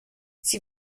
sie